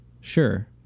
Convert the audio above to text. sure